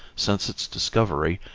since its discovery,